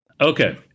Okay